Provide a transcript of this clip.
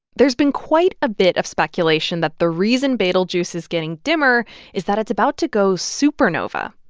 there's been quite a bit of speculation that the reason betelgeuse is getting dimmer is that it's about to go supernova.